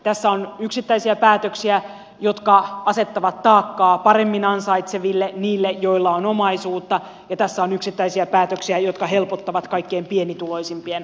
tässä on yksittäisiä päätöksiä jotka asettavat taakkaa paremmin ansaitseville heille joilla on omaisuutta ja tässä on yksittäisiä päätöksiä jotka helpottavat kaikkein pienituloisimpien asemaa